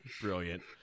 Brilliant